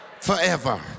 forever